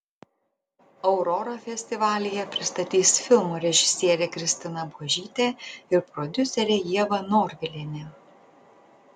aurorą festivalyje pristatys filmo režisierė kristina buožytė ir prodiuserė ieva norvilienė